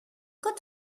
good